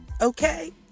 okay